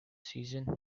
season